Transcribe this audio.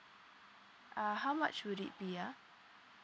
uh how much would it be ah